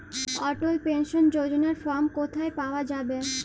অটল pension যোজনার form কোথায় পাওয়া যাবে?